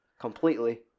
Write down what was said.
completely